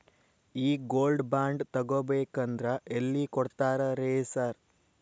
ಈ gold bond ತಗಾಬೇಕಂದ್ರ ಎಲ್ಲಿ ಕೊಡ್ತಾರ ರೇ ಸಾರ್?